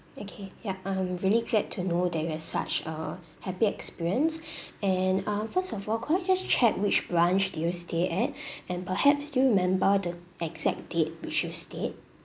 okay yup I'm really glad to know that you had such a happy experience and uh first of all could I just check which branch did you stay at and perhaps do you remember the exact date which you stayed